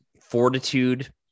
fortitude